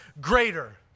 greater